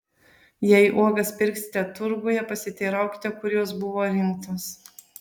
jei uogas pirksite turguje pasiteiraukite kur jos buvo rinktos